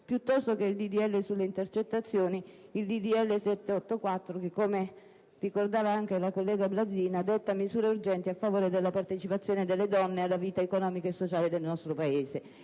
disegno di legge sulle intercettazioni il disegno di legge n. 784 che, come ricordava anche la collega Blazina, detta misure urgenti a favore della partecipazione delle donne alla vita economica e sociale del nostro Paese.